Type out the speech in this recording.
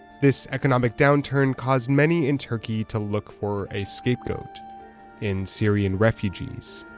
this economic downturn caused many in turkey to look for a scapegoat in syrian refugees.